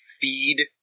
feed